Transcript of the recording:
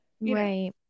Right